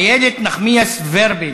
איילת נחמיאס ורבין.